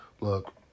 Look